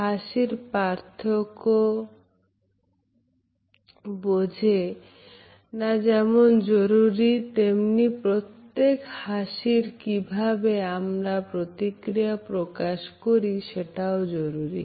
হাসির পার্থক্য বোঝে না যেমন জরুরি তেমনি প্রত্যেক হাসির কিভাবে আমরা প্রতিক্রিয়া প্রকাশ করি সেটিও জরুরী